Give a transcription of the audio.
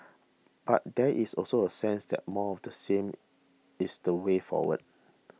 but there is also a sense that more of the same is the way forward